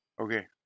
Okay